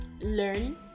learn